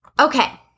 Okay